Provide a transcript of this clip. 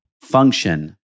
function